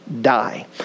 die